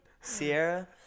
Sierra